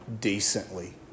decently